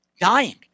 dying